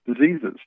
diseases